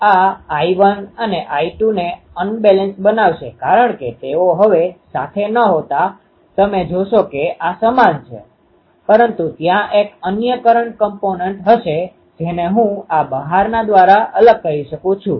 આ આ I1 અને I2 ને અન્બેલેન્સ બનાવશે કારણ કે તેઓ હવે સાથે ન હોતા તમે જોશો કે આ સમાન છે પરંતુ ત્યાં એક અન્ય કરંટ કમ્પોનેન્ટcomponentઘટક હશે જેને હું આ બાહરના દ્વારા અલગ કરીશકું છું